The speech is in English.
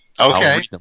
Okay